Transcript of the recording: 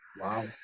Wow